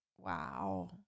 wow